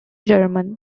german